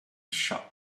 shut